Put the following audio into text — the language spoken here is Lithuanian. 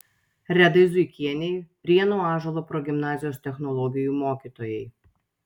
redai zuikienei prienų ąžuolo progimnazijos technologijų mokytojai